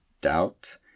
doubt